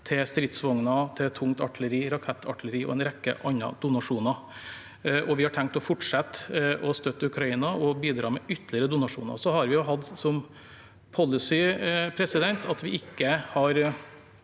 stridsvogner, tungt artilleri, rakettartilleri og en rekke andre donasjoner. Vi har tenkt å fortsette med å støtte Ukraina og bidra med ytterligere donasjoner. Vi har hatt som policy at vi ikke har